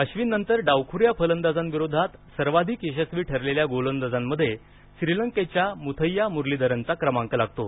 अश्विननंतर डावखुन्या फलंदाजांविरोधात सर्वांधिक यशस्वी ठरलेल्या गोलंदाजामध्ये श्रीलंकेच्या मुथय्या मुरलीधरनचा क्रमांक लागतो